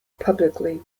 publicly